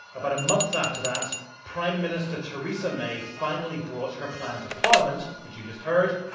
about a month after that, prime minister theresa may finally brought her plan to parliament, which you just heard,